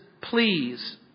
please